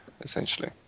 essentially